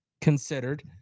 Considered